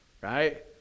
right